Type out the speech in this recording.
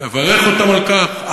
על כך,